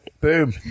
Boom